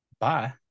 Bye